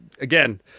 again